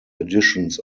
editions